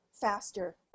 faster